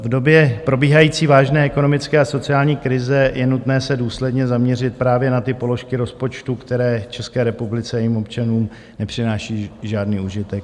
V době probíhající vážné ekonomické a sociální krize je nutné se důsledně zaměřit právě na ty položky rozpočtu, které České republice a jejím občanům nepřináší žádný užitek.